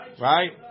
Right